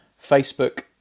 Facebook